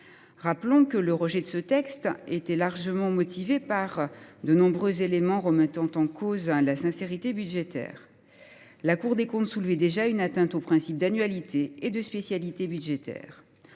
Rappelons que le rejet de ce texte était largement motivé par de nombreux éléments remettant en cause la sincérité budgétaire. La Cour des comptes soulevait déjà une atteinte aux principes d’annualité et de spécialité budgétaires.